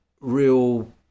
real